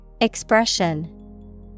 Expression